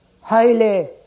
highly